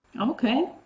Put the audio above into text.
Okay